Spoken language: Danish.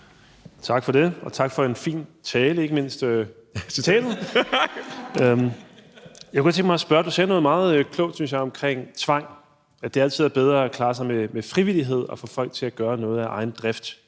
Tak for det, og tak for en fin tale, ikke mindst citatet. Jeg kunne godt tænke mig at spørge om noget. Ministeren sagde noget meget klogt, synes jeg, omkring tvang, og at det altid er bedre at klare sig med frivillighed og få folk til at gøre noget af egen drift.